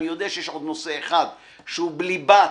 אני יודע שיש עוד נושא אחד שהוא בליבת